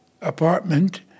apartment